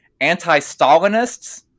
anti-Stalinists